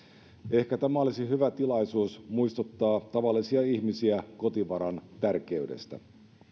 ehkä tämä olisi hyvä tilaisuus muistuttaa tavallisia ihmisiä kotivaran tärkeydestä